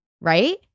right